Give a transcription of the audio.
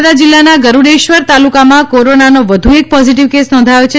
નર્મદા જિલ્લાના ગરૂડેશ્વર તાલુકામાં કોરોનાનો વધુ એક પોઝીટીવ કેસ નોંધાયો છે